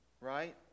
right